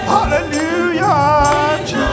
Hallelujah